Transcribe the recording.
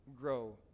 grow